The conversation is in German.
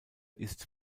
ist